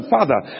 Father